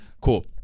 cool